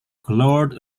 coloured